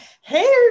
hey